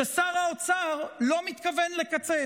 ששר האוצר לא מתכוון לקצץ.